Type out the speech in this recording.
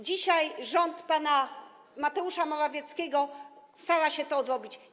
Dzisiaj rząd pana Mateusza Morawieckiego stara się to odrobić.